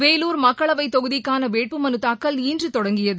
வேலூர் மக்களவைத் தொகுதிக்கான வேட்புமனு தாக்கல் இன்று தொடங்கியது